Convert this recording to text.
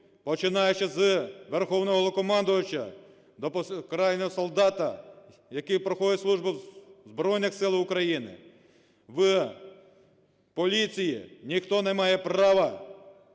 Починаючи з Верховного Головнокомандувача до крайнього солдата, який проходить службу в Збройних Силах України, в поліції, ніхто не має права